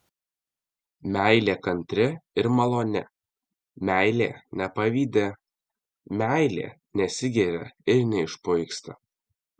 meilė kantri ir maloni meilė nepavydi meilė nesigiria ir neišpuiksta